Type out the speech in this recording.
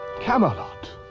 Camelot